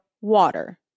water